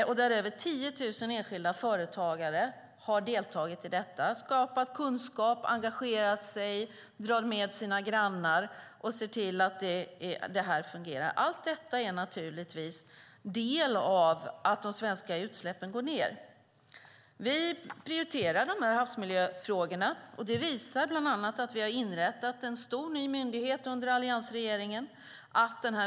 Det är över 10 000 enskilda företagare som har deltagit i detta. De har skapat kunskap, engagerat sig och dragit med sina grannar och sett till att det fungerar. Allt detta är en del av de svenska utsläppen går ned. Vi prioriterar havsmiljöfrågorna. Det visas bland annat av att vi har inrättat en stor ny myndighet under alliansregeringen.